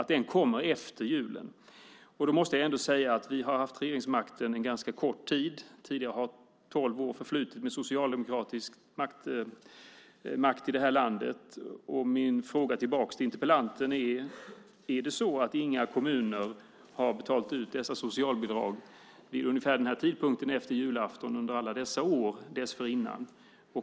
Då måste jag ändå säga att vi har haft regeringsmakten en ganska kort tid. Tidigare har tolv år förflutit med socialdemokratisk makt i det här landet. Min fråga tillbaka till interpellanten är: Är det så att inga kommuner har betalat ut dessa socialbidrag vid ungefär den här tidpunkten efter julaftonen under alla år dessförinnan?